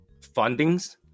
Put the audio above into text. fundings